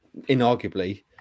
inarguably